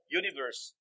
universe